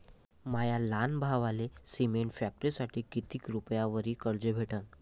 माया लहान भावाले सिमेंट फॅक्टरीसाठी कितीक रुपयावरी कर्ज भेटनं?